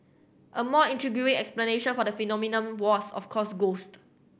a more intriguing explanation for the phenomenon was of course ghost